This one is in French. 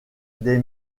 des